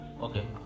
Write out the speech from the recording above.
Okay